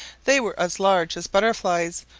they were as large as butterflies,